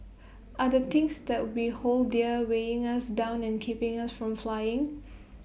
are the things that we hold dear weighing us down and keeping us from flying